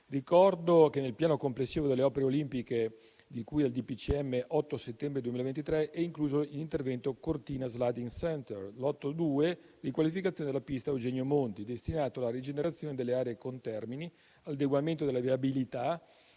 ricordo che nel piano complessivo delle opere olimpiche di cui al DPCM 8 settembre 2023 è incluso l'intervento Cortina sliding center (lotto 2) di riqualificazione della pista Eugenio Monti, destinato alla rigenerazione delle aree contermini, all'adeguamento della viabilità